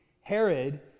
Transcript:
Herod